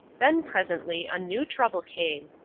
then presently a new trouble came.